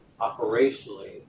operationally